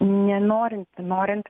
nenorint norint